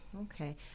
okay